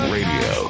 Radio